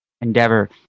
endeavor